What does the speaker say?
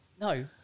no